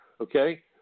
okay